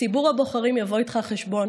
ציבור הבוחרים יבוא איתך חשבון,